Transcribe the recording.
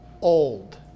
old